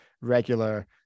regular